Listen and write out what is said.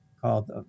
called